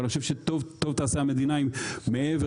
אבל אני חושב שטוב תעשה המדינה אם מעבר